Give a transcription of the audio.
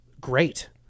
great